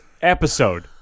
episode